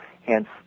hence